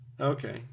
Okay